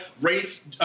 race